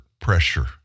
pressure